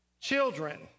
children